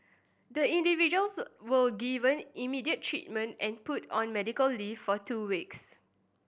the individuals was given immediate treatment and put on medical leave for two weeks